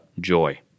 joy